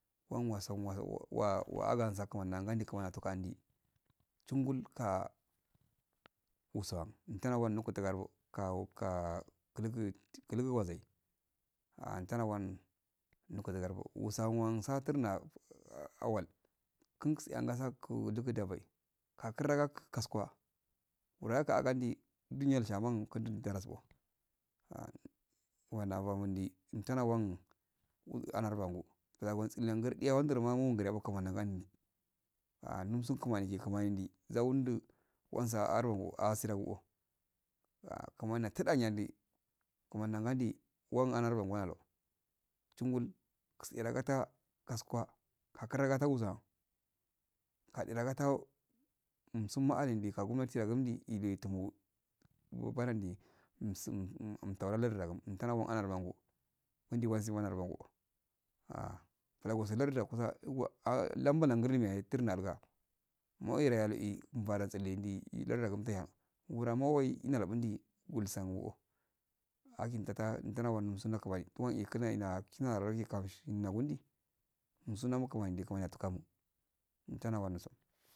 Wanu wasanwa aganza kumin nangadi kumani ato gandi chingul ka usau utana wal nuqtarbo kawo kaa klugu wazai antana wan nukudu warbo wasan wa turunna anwal kain sinang su kuwudu atabai ka kura kaskuwa mura aka agaudi deniya shanan kindi darasuwa ah kumari yabamo ndi intanwan uzuanarawanmu laye gontsi yendrama mungrego kumandi ndaundi nau saarogu asirran o ah kunani yatuauyandi kunani da yandi wan analobo wano changal katseragata kaskuwa ka kira katanga kade galatau umsun wu ani deye kagomna tida gundi inde timo go derandi umsum jo unitalo larda un umtela and gagungu umtana rardangu uudi wausi analwangu ah larosi larda woksa wa lambanan guurnun yahe turnalga mai cle nbara tsekyendi ilardi gumtaha wura moleyi umdale bwundi bulsangu o achintata untanaha sunda kunemi turonk initaha kinahe gondi unsundogi kumani nde kunani yasikame intana waniso.